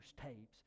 tapes